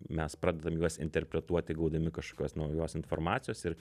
mes pradedam juos interpretuoti gaudami kažkokios naujos informacijos ir